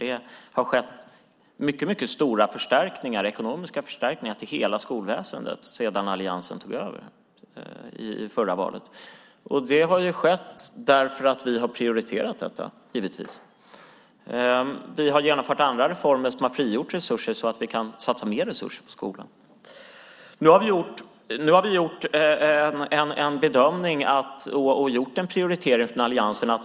Det har skett mycket stora förstärkningar till hela skolväsendet sedan alliansen tog över efter förra valet. Det har givetvis skett därför att vi har prioriterat detta. Vi har genomfört andra reformer som har frigjort resurser så att vi kan satsa mer resurser på skolan. Nu har vi gjort en bedömning och prioritering från alliansen.